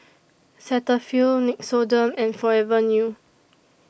Cetaphil Nixoderm and Forever New